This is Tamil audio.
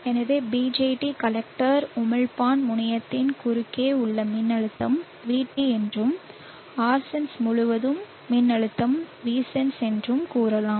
எனவே BJT கலெக்டர் உமிழ்ப்பான் முனையத்தின் குறுக்கே உள்ள மின்னழுத்தம் VT என்றும் Rsense முழுவதும் மின்னழுத்தம் Vsense என்றும் கூறுவோம்